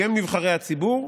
כי הם נבחרי הציבור,